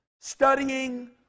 studying